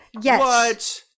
Yes